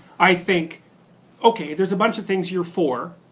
i think okay, there's a bunch of things you're for.